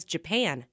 Japan